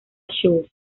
schulz